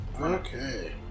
Okay